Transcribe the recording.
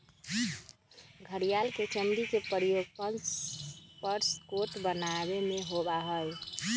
घड़ियाल के चमड़ी के प्रयोग पर्स कोट बनावे में होबा हई